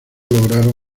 lograron